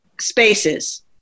spaces